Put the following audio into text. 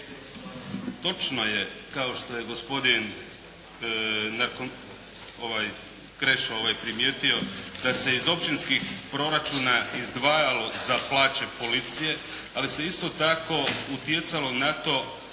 točno je kao što je gospodin Krešo primijetio da se iz općinskih proračuna izdvajalo za plaće policije, ali se isto tako utjecalo na to